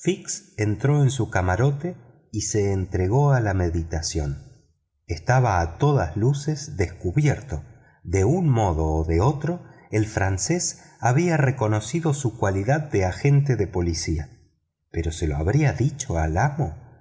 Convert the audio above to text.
entró en su camarote y se entregó a la meditación de un modo o de otro el francés había reconocido su calidad de agente de policía pero se lo habría dicho a su amo